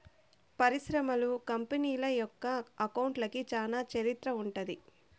పరిశ్రమలు, కంపెనీల యొక్క అకౌంట్లకి చానా చరిత్ర ఉంటది